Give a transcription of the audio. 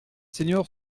seniors